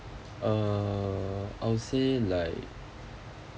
err I would say like